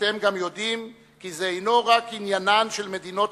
אתם גם יודעים כי זה אינו רק עניינן של מדינות